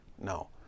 No